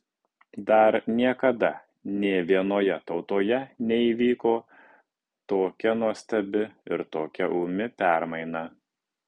dar niekada nė vienoje tautoje neįvyko tokia nuostabi ir tokia ūmi permaina